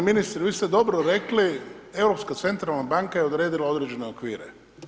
G. ministre, vi ste dobro rekli, Europska centralna banka je odredila određene okvire.